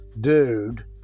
dude